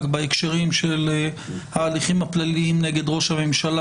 בהקשרים של ההליכים הפליליים נגד ראש הממשלה,